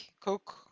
cook